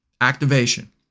Activation